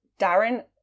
Darren